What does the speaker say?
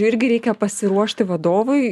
irgi reikia pasiruošti vadovui